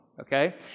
okay